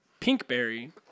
Pinkberry